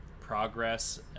progress